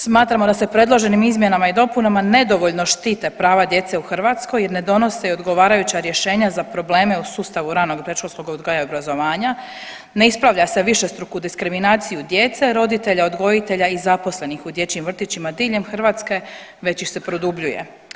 Smatramo da se predloženim izmjenama i dopunama nedovoljno štite prava djece u Hrvatskoj jer ne donose odgovarajuća rješenja za probleme u sustavu ranog i predškolskog odgoja i obrazovanja, ne isprava se višestruku diskriminaciju djece, roditelja-odgojitelja i zaposlenih u dječjim vrtićima diljem Hrvatske, već ih se produbljuje.